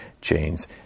chains